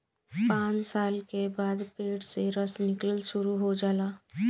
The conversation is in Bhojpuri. पांच साल के बाद पेड़ से रस निकलल शुरू हो जाला